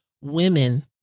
women